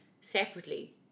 separately